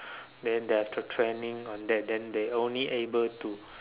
then they have training on that then they only able to